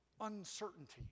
uncertainty